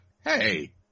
Hey